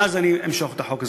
ואז אני אמשוך את החוק.